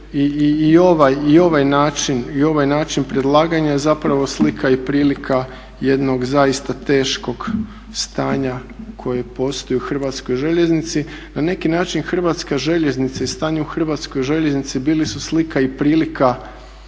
i ovaj način predlaganja je zapravo slika i prilika jednog zaista teškog stanja koje postoji u Hrvatskoj željeznici. Na neki način Hrvatska željeznica i stanje u Hrvatskoj željeznici bili su slika i prilika